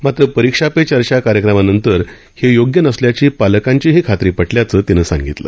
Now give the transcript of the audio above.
मात्र परीक्षा पे चर्चा कार्यक्रमानंतर हे योग्य नसल्याची पालकांचीही खात्री पटल्याचं तिने सांगितलं